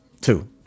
two